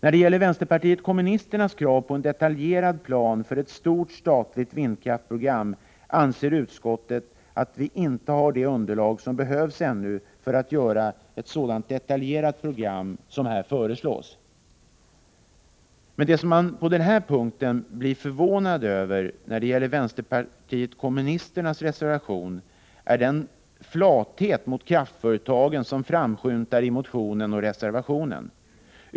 I fråga om vänsterpartiet kommunisternas krav på en detaljerad plan för ett stort statligt vindkraftsprogram anser utskottet att vi ännu inte har det underlag som behövs för att göra ett så detaljerat program som här föreslås. Men det som man på den här punkten blir förvånad över är den flathet gentemot kraftföretagen som framskymtar både i motionen och i reservationen.